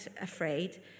afraid